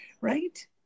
Right